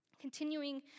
Continuing